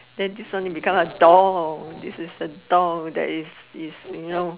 then this one become a doll this is a doll that is is you know